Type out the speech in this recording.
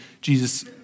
Jesus